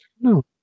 No